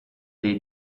dei